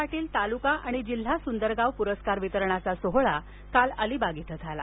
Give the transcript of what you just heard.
पाटील तालुका आणि जिल्हा सुंदर गाव पुरस्कार वितरणाचा सोहळा काल अलिबाग इथं झाला